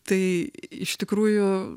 tai iš tikrųjų